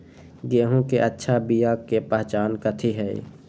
गेंहू के अच्छा बिया के पहचान कथि हई?